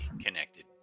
connected